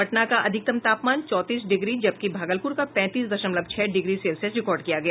पटना का अधिकतम तापमान चौंतीस डिग्री जबकि भागलपुर का पैंतीस दशमलव छह डिग्री सेल्सियस रिकार्ड किया गया